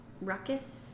Ruckus